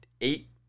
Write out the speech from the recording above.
eight